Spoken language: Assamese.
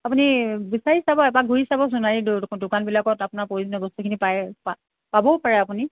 আপুনি বিচাৰি চাব এবাৰ ঘূৰি চাব সোণাৰীত দোকানবিলাকত আপোনাৰ প্ৰয়োজনীয় বস্তুখিনি পায় পাবও পাৰে আপুনি